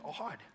odd